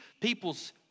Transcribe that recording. people's